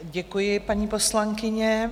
Děkuji, paní poslankyně.